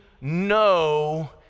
no